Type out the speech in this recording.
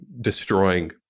destroying